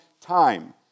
time